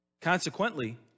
Consequently